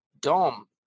Dom